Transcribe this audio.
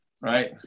right